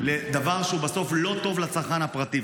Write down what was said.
לדבר שבסוף הוא לא טוב לצרכן הפרטי.